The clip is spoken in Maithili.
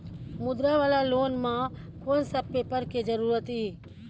मुद्रा वाला लोन म कोन सब पेपर के जरूरत इ?